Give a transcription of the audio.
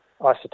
isotope